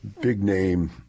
big-name